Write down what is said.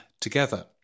together